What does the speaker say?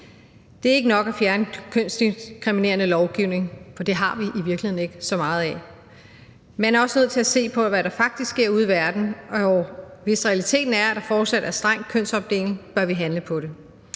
Det er ikke nok at fjerne kønsdiskriminerende lovgivning, for det har vi i virkeligheden ikke så meget af. Man er også nødt til at se på, hvad der faktisk sker ude i verden, og hvis realiteten er, at der fortsat er streng kønsopdeling, bør vi handle på det.